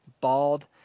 bald